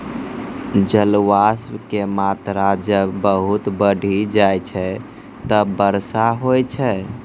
जलवाष्प के मात्रा जब बहुत बढ़ी जाय छै तब वर्षा होय छै